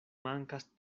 mankas